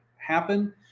happen